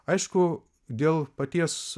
aišku dėl paties